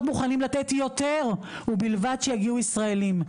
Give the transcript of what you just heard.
מוכנים לתת יותר ובלבד שיגיעו ישראלים.